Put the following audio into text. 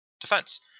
defense